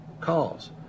calls